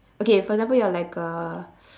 okay for example you're like a